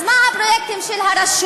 אז מה הפרויקטים של הרשות?